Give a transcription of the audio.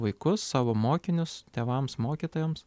vaikus savo mokinius tėvams mokytojams